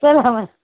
चल